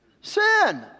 Sin